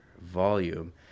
volume